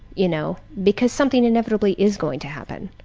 you know, because something inevitably is going to happen.